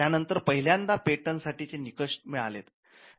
त्या नंतर पहिल्यांदा पेटंट साठीचे निकष मिळालेत